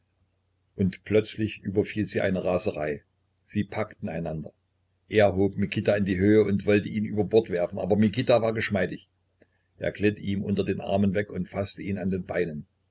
und plötzlich überfiel sie eine raserei sie packten einander er hob mikita in die höhe und wollte ihn über bord werfen aber mikita war geschmeidig er glitt ihm unter den armen weg und faßte ihn an den beinen